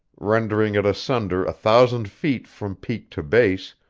rending it asunder a thousand feet from peak to base,